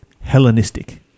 Hellenistic